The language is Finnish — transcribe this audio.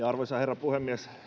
arvoisa herra puhemies